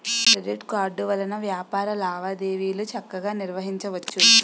credit card వలన వ్యాపార లావాదేవీలు చక్కగా నిర్వహించవచ్చు